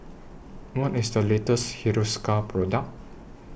What IS The latest Hiruscar Product